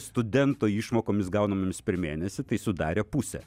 studento išmokomis gaunamomis per mėnesį tai sudarė pusę